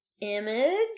image